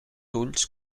ulls